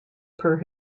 per